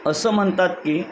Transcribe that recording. असं म्हणतात की